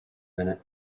minute